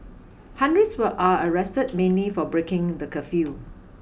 hundreds were are arrested mainly for breaking the curfew